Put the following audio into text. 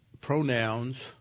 pronouns